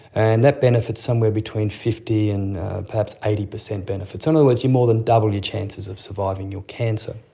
and that benefit is somewhere between fifty and perhaps eighty percent benefit, so in other words you more than double your chances of surviving your cancer.